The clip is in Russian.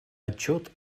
отчет